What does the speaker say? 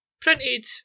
printed